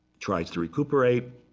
tries to recuperate.